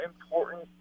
important